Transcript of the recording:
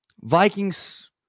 Vikings